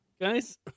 Guys